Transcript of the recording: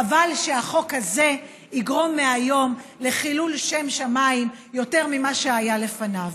חבל שהחוק הזה יגרום מהיום לחילול שם שמיים יותר ממה שהיה לפניו.